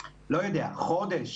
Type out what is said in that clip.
חודש,